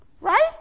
right